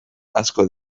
asko